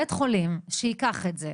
בית חולים שיקח את זה,